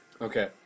Okay